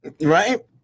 right